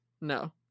No